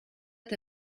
est